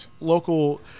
local